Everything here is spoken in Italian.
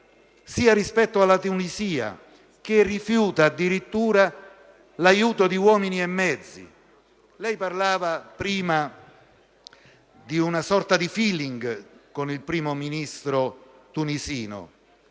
sia rispetto alla Tunisia, che rifiuta addirittura l'aiuto di uomini e mezzi. Lei parlava prima di una sorta di *feeling* con il Primo ministro tunisino.